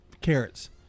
carrots